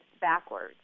backwards